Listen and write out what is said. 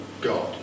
God